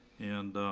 and,